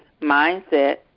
mindset